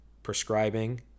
prescribing